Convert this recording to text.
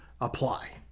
apply